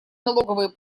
налоговые